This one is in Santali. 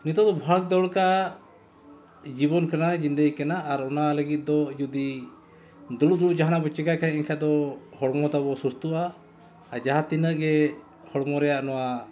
ᱱᱤᱛᱚᱜ ᱫᱚ ᱵᱷᱟᱜᱽ ᱫᱟᱹᱲᱠᱟ ᱡᱤᱵᱚᱱ ᱠᱟᱱᱟ ᱡᱤᱱᱫᱮᱜᱤ ᱠᱟᱱᱟ ᱟᱨ ᱚᱱᱟ ᱞᱟᱹᱜᱤᱫ ᱫᱚ ᱡᱩᱫᱤ ᱫᱩᱲᱩᱵ ᱫᱩᱲᱩᱵ ᱡᱟᱦᱟᱱᱟᱜ ᱵᱚ ᱪᱤᱠᱟᱹᱭ ᱠᱷᱟᱱ ᱮᱱᱠᱷᱟᱱ ᱫᱚ ᱦᱚᱲᱢᱚ ᱛᱟᱵᱚ ᱥᱩᱥᱛᱚᱜᱼᱟ ᱟᱨ ᱡᱟᱦᱟᱸ ᱛᱤᱱᱟᱹᱜ ᱜᱮ ᱦᱚᱲᱢᱚ ᱨᱮᱭᱟᱜ ᱱᱚᱣᱟ